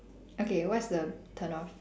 okay what's the turn off